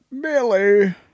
Billy